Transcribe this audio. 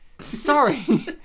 Sorry